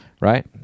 Right